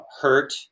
hurt